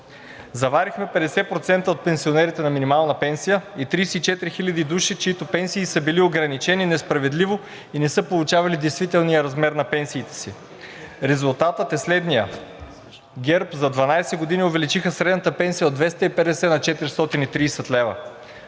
заварихме 50% от пенсионерите на минимална пенсия и 34 000 души, чиито пенсии са били ограничени несправедливо и не са получавали действителния размер на пенсиите си. Резултатът е следният: ГЕРБ за 12 години увеличиха средната пенсия от 250 на 430 лв.,